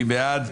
מי בעד?